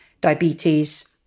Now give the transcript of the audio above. diabetes